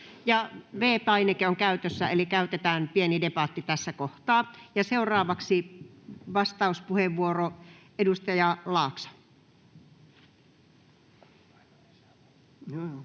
V-painike on käytössä, eli käytetään pieni debatti tässä kohtaa. — Seuraavaksi vastauspuheenvuoro, edustaja Laakso.